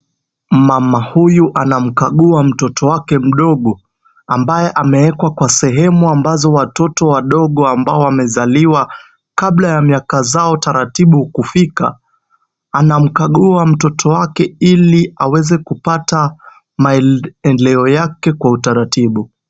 Mama huyu anamkagua mtoto wake mdogo ambaye amewekwa kwa sehemu ambazo watoto wadogo ambao wamezaliwa kabla ya miaka zao taratibu kufika. Anamkagua mtoto wake ili aweze kupata maeleo yake kwa utaratibu.